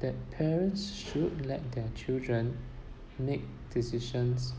that parents should let their children make decisions